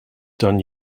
done